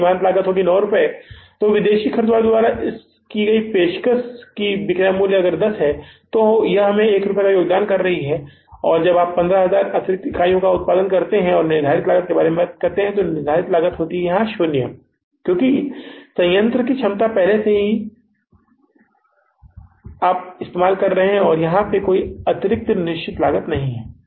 तो अब सीमांत लागत 9 रुपये है विदेशी खरीदार द्वारा की पेशकश की बिक्री मूल्य 10 रुपये है और हम 1 रुपये का योगदान कर रहे हैं और जब आप इन 15000 इकाइयों के अतिरिक्त उत्पादन के लिए निर्धारित लागत के बारे में बात करते हैं तो यह राशि 0 है या आप इसे शून्य कह सकते हैं क्योंकि संयंत्र की क्षमता पहले से ही कुछ भी नहीं है कोई निश्चित लागत नहीं है